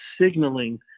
signaling